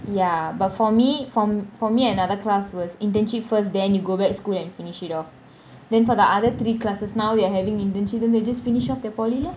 ya but for me for m~ for me another class was internship first then you go back school and finish it off then for the other three classes now they are having internship then they just finish off the poly lah